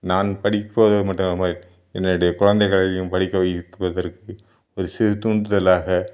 நான் படிப்பது மட்டும் இல்லாமல் என்னுடைய குழந்தைகளையும் படிக்க வைப்பதற்கு ஒரு சிறு தூண்டுதலாக